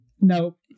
nope